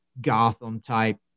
Gotham-type